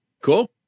Cool